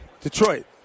Detroit